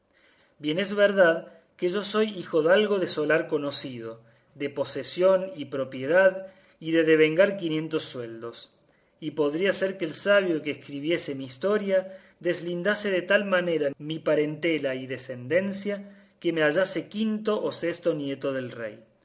bien es verdad que yo soy hijodalgo de solar conocido de posesión y propriedad y de devengar quinientos sueldos y podría ser que el sabio que escribiese mi historia deslindase de tal manera mi parentela y decendencia que me hallase quinto o sesto nieto de rey